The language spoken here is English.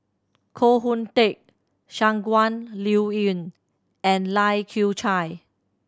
Koh Hoon Teck Shangguan Liuyun and Lai Kew Chai